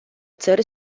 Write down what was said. țări